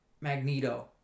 Magneto